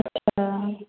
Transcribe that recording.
अच्छा